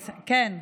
כן.